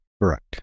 Correct